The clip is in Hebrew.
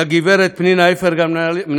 לגב' פנינה איפרגן,